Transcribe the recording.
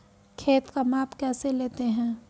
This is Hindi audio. खेत का माप कैसे लेते हैं?